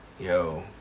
Yo